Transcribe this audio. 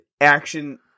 action